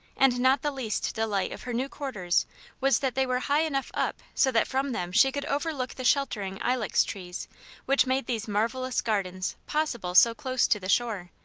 and not the least delight of her new quarters was that they were high enough up so that from them she could overlook the sheltering ilex-trees which made these marvellous gardens possible so close to the shore,